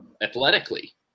athletically